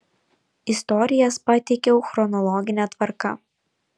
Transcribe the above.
istorijas pateikiau chronologine tvarka